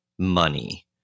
money